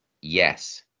Yes